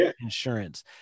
insurance